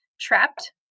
trapped